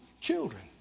children